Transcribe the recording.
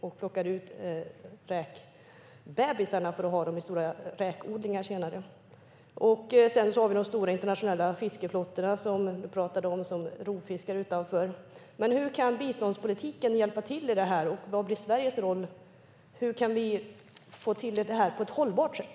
Man plockar ut räkbebisarna för att ha dem i stora räkodlingar. Sedan har vi de stora internationella fiskeflottorna, som ministern talade om, som rovfiskar. Men hur kan biståndspolitiken vara till hjälp i detta sammanhang, och vad blir Sveriges roll? Hur kan vi få till detta på ett hållbart sätt?